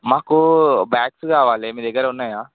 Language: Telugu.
మాకు బ్యాగ్స్ కావాలి మీ దగ్గర ఉన్నాయా